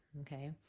okay